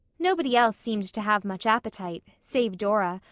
nobody else seemed to have much appetite, save dora,